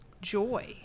joy